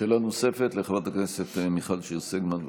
שאלה נוספת למיכל שיר סגמן.